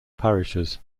parishes